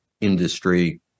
industry